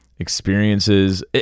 experiences